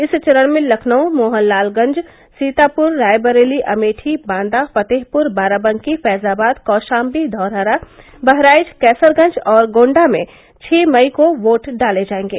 इस चरण में लखनऊ मोहनलालगंज सीतापुर रायबरेली अमेठी बांदा फतेहपुर बाराबंकी फैजाबाद कौशाम्बी धौरहरा बहराइच कैसरगंज और गोण्डा में छह मई को वोट डाले जायेंगे